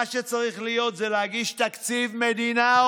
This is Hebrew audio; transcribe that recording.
"מה שצריך להיות זה להגיש תקציב מדינה",